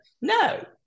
No